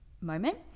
moment